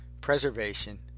preservation